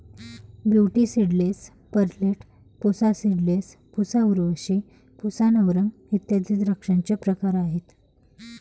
beauty seedless, perlette, Pusa seedless, Pusa Urvashi, Pusa Navrang इत्यादी द्राक्षांचे प्रकार आहेत